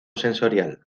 sensorial